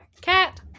Cat